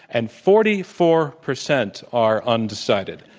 and forty four percent are undecided.